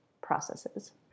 processes